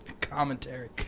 commentary